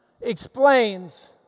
explains